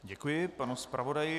Děkuji panu zpravodaji.